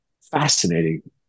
fascinating